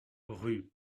rue